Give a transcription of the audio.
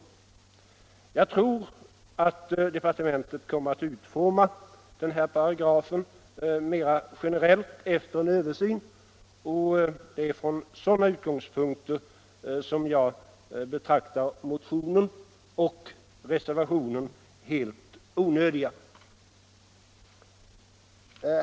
Jag tror att departementet kommer att utforma den här paragrafen mera generellt efter en översyn, och det är från sådana utgångspunkter som jag betraktar motionen och reservationen som helt onödiga.